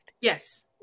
Yes